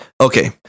Okay